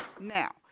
Now